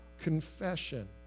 confession